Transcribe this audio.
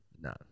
No